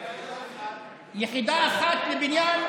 הייתה יחידה אחת, יחידה אחת לבניין.